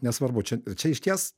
nesvarbu čia čia išties